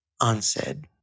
unsaid